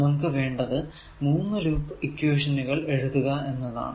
നമുക്ക് വേണ്ടത് മൂന്നു ലൂപ്പ് ഇക്വേഷനുകൾ എഴുതുക എന്നതാണ്